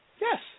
Yes